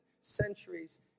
centuries